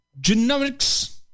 genomics